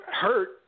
hurt